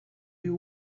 you